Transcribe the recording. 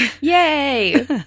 Yay